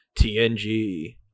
TNG